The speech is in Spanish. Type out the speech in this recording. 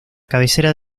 cabecera